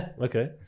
Okay